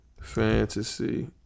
Fantasy